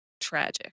tragic